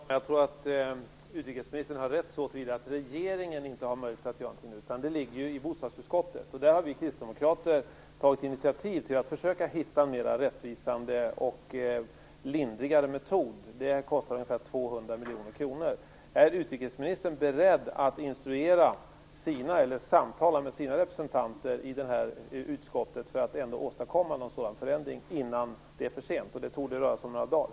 Herr talman! Jag tror att utrikesministern har rätt så till vida att regeringen inte har möjlighet att göra någonting nu. Det ligger ju i bostadsutskottet. Där har vi kristdemokrater tagit initiativ till att försöka hitta en mer rättvisande och lindrigare metod. Det kostar ungefär 200 miljoner kronor. Är utrikesministern beredd att samtala med sina representanter i utskottet för att åstadkomma en sådan förändring innan det är för sent? Det torde röra sig om några dagar.